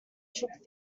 shook